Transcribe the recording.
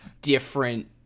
different